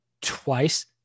twice